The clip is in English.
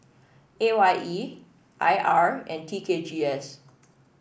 A Y E I R and T K G S